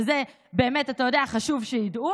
וזה באמת, אתה יודע, חשוב שידעו.